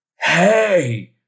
hey